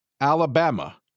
Alabama